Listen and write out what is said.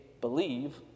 believe